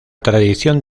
tradición